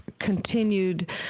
continued